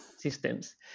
systems